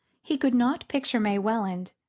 he could not picture may welland,